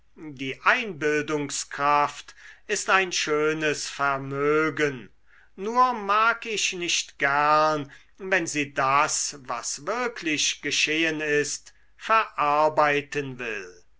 die einbildungskraft ist ein schönes vermögen nur mag ich nicht gern wenn sie das was wirklich geschehen ist verarbeiten will